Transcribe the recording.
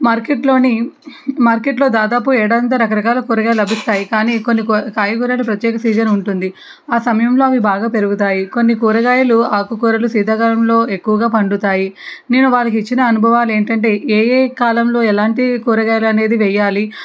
మార్కెట్లోని మార్కెట్లో దాదాపు ఏడు వందల రక రకాల కూరగాయలు లభిస్తాయి కానీ కొన్ని కాయ కాయగూరల ప్రత్యేక సీజన్ ఉంటుంది ఆ సమయంలో అవి బాగా పెరుగుతాయి కొన్ని కూరగాయలు ఆకుకూరలు శీతాకాలంలో ఎక్కువగా పండుతాయి నేను వాళ్ళకి ఇచ్చిన అనుభవాలు ఏంటంటే ఏ ఏ కాలంలో ఎలాంటి కూరగాయలనేది వెయ్యాలి